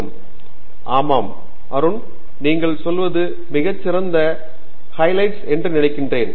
பேராசிரியர் பிரதாப் ஹரிதாஸ் ஆமாம் அருண் நீங்கள் சொல்வது மிகச் சிறந்த ஹயிலைட்ஸ் என்று நான் நினைக்கிறேன்